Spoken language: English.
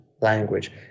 language